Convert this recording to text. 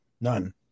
None